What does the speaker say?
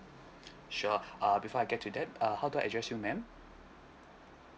sure uh before I get to that uh how to address you ma'am